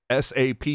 SAP